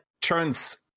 turns